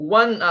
one